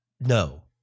no